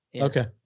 okay